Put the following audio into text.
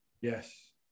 Yes